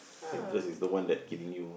interest is the one that killing you